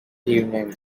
evening